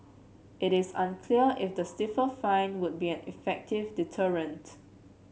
it is unclear if the stiffer fine would be an effective deterrent